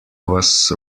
was